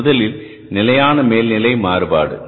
முதலில் நிலையான மேல்நிலை மாறுபாடு